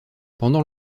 pendant